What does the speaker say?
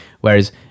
whereas